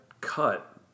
cut